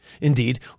Indeed